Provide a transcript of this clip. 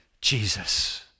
Jesus